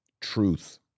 truth